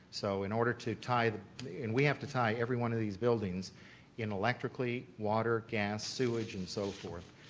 so in order to tie and we have to tie everyone of these building in electrically, water, gas, sewage, and so forth.